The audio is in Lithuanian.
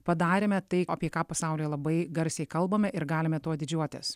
padarėme tai apie ką pasaulyje labai garsiai kalbame ir galime tuo didžiuotis